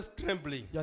trembling